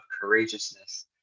courageousness